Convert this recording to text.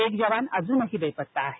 एक जवान अजूनही बेपत्ता आहे